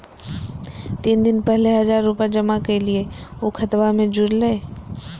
तीन दिन पहले हजार रूपा जमा कैलिये, ऊ खतबा में जुरले?